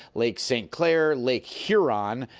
lake st. clair, lake huron.